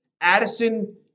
Addison